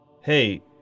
Hey